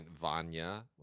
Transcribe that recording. Vanya